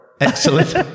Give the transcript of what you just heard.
Excellent